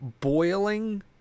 boiling